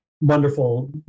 wonderful